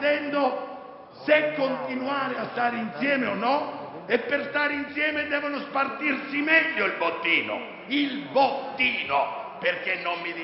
se continuare a stare insieme. E per stare insieme devono spartirsi meglio il bottino. Ebbene sì, il bottino, perché non mi direte